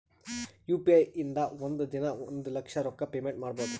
U P I ಇಂದ ಒಂದ್ ದಿನಾ ಒಂದ ಲಕ್ಷ ರೊಕ್ಕಾ ಪೇಮೆಂಟ್ ಮಾಡ್ಬೋದ್